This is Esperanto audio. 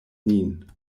nin